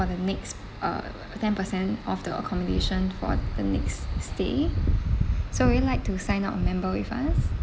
for the next uh ten percent of the accommodation for the next stay so would you like to sign up a member with us